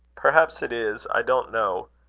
perhaps it is. i don't know.